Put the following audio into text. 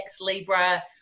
Libra